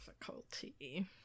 difficulty